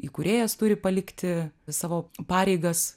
įkūrėjas turi palikti savo pareigas